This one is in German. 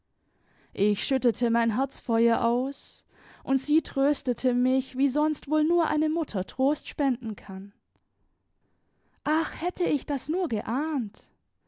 ich schüttete mein herz vor ihr aus und sie tröstete mich wie sonst wohl nur eine mutter trost spenden kann ach hätte ich das nur geahnt